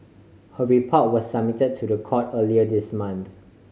her report was submit to the court earlier this month